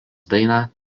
dainą